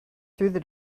through